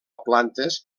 plantes